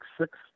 six